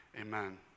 Amen